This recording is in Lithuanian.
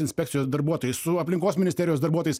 inspekcijos darbuotojai su aplinkos ministerijos darbuotojais